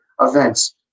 events